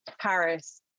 Paris